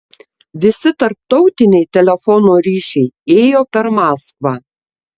visi tarptautiniai telefono ryšiai ėjo per maskvą